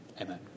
amen